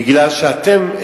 כי אתם,